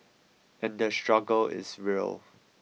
and the struggle is real